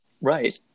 Right